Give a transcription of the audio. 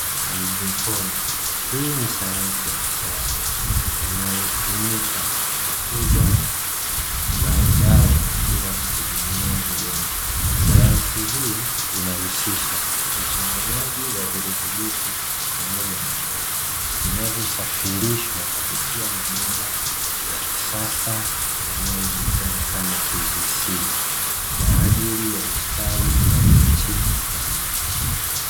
Haidroponi. Hii ni sayansi ya kisasa inayotumika kukuza mazao bila kutegemea udongo. Sayansi hii inahusisha uchanganyaji wa virutubishi pamoja na maji vinavyosafirishwa kupitia mabomba ya kisasa yanayojulikana kama "pvc", kwa ajili ya ustawi wa miche ya miti.